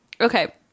Okay